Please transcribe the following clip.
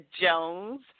Jones